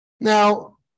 Now